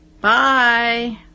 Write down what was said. Bye